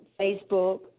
Facebook